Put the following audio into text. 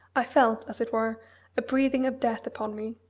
i felt as it were a breathing of death upon me.